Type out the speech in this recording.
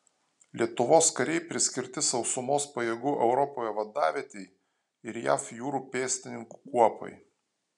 lietuvos kariai priskirti sausumos pajėgų europoje vadavietei ir jav jūrų pėstininkų kuopai